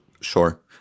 sure